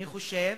אני חושב